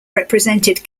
represented